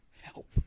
help